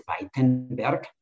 Weitenberg